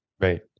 Right